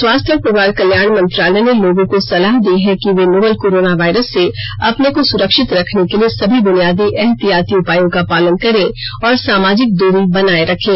स्वास्थ्य और परिवार कल्याण मंत्रालय ने लोगों को सलाह दी है कि वे नोवल कोरोना वायरस से अपने को सुरक्षित रखने के लिए सभी ब्रनियादी एहतियाती उपायों का पालन करें और सामाजिक दूरी बनाए रखें